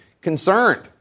concerned